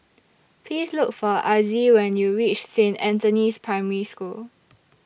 Please Look For Azzie when YOU REACH Saint Anthony's Primary School